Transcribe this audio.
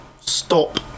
Stop